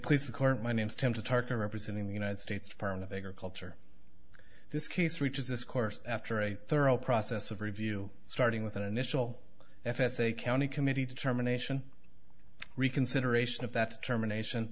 please the court my name's temple tarka representing the united states department of agriculture this case reaches this course after a thorough process of review starting with an initial f s a county committee determination reconsideration of that determination